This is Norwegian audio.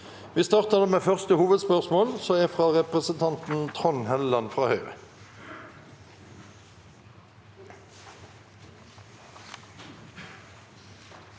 Vi starter med første hovedspørsmål, fra representanten Trond Helleland.